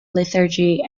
lethargy